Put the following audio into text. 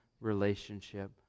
relationship